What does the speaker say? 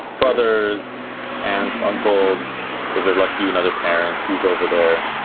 brothers and uncles if they're lucky and other parents who's over there,